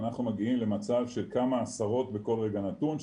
אנחנו מגיעים למצב של כמה עשרות בכל רגע נתון,